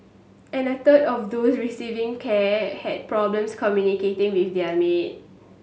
and a third of those receiving care had problems communicating with their maid